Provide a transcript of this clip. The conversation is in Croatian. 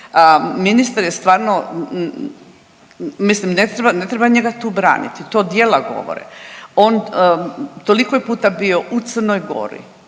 Ministar je stvarno, mislim ne treba, ne treba njega tu branit, to dijela govore. On, toliko je puta bio u Crnoj Gori,